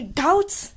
doubts